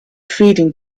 feeding